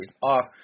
off